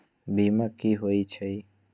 बीमा कि होई छई?